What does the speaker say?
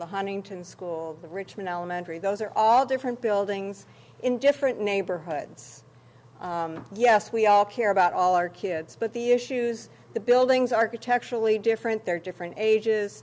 the huntington school the richmond elementary those are all different buildings in different neighborhoods yes we all care about all our kids but the issues the buildings architecturally different they're different ages